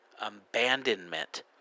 abandonment